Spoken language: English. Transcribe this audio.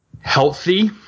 healthy